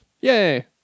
Yay